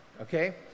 Okay